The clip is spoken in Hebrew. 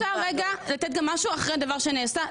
אני רוצה לתת גם משהו אחרי הדבר שנעשה.